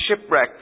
shipwreck